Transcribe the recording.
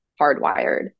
hardwired